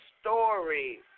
story